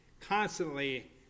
constantly